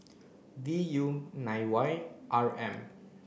V U nine Y R M